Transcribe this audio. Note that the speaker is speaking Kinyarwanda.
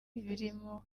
ibirimo